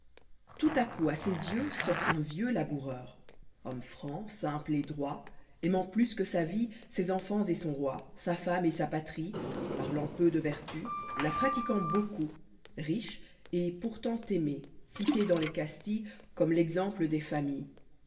tout à coup à ses yeux s'offre tin vieux laboureur homme franc simple et droit aimant plus que sa vid ses enfants et son roi sa femme et sa patrie parlant peu de vertu la pratiquant beaucoup riche et pourtant'aimé cité'dans lés casrilles comme l'exemple des